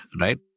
right